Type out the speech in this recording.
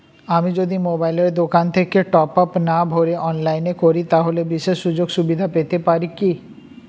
আমি যদি মোবাইলের দোকান থেকে টপআপ না ভরে অনলাইনে করি তাহলে বিশেষ সুযোগসুবিধা পেতে পারি কি?